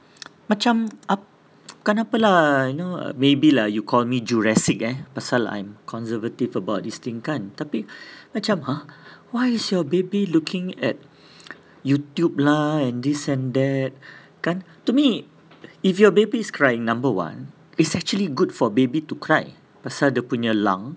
macam ap~ kenapa lah you know maybe lah you call me jurassic eh pasal I'm conservative about this thing kan macam !huh! why is your baby looking at Youtube lah and this and that kan to me if your baby's crying number one is actually good for baby to cry pasal dia punya lung